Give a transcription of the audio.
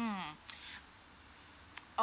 mm